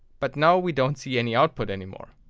but now we don't see any output anymore.